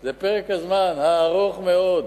זה פרק הזמן הארוך מאוד,